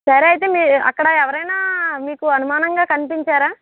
సరే అయితే మీ అక్కడ ఎవరైనా మీకు అనుమానంగా కనిపించారా